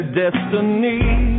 destiny